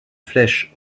flèche